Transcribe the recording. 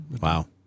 Wow